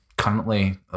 Currently